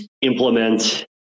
implement